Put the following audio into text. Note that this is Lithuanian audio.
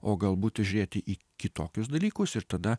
o galbūt žiūrėti į kitokius dalykus ir tada